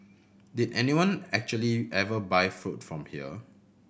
did anyone actually ever buy food from here